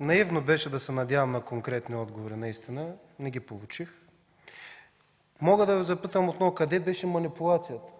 наивно беше да се надявам на конкретни отговори – не ги получих. Мога да Ви запитам отново: къде беше манипулацията?